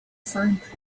scientist